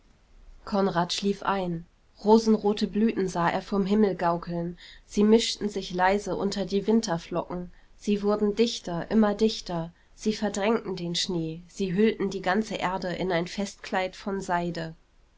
konrad schlief ein rosenrote blüten sah er vom himmel gaukeln sie mischten sich leise unter die winterflocken sie wurden dichter immer dichter sie verdrängten den schnee sie hüllten die ganze erde in ein festkleid von seide